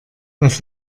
was